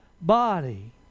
body